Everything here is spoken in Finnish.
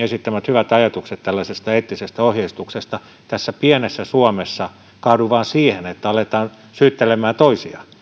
esittämät hyvät ajatukset eettisestä ohjeistuksesta tässä pienessä suomessa kaadu vain siihen että aletaan syyttelemään toisia